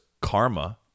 karma